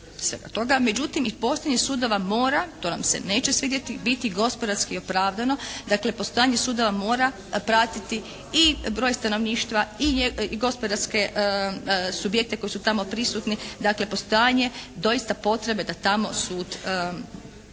Međutim i postojanje sudova mora, to nam se neće svidjeti biti gospodarski opravdano. Dakle postojanje sudova mora pratiti i broj stanovništva i gospodarske subjekte koji su tamo prisutni. Dakle postojanje doista potrebe da tamo sud djeluje